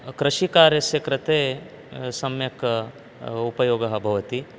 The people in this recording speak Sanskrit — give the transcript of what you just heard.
कृषिकार्यस्य कृते सम्यक् उपयोगः भवति